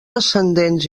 ascendents